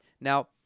Now